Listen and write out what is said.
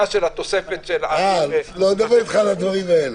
התוספת --- לא, אני מדבר אתך על הדברים האלה.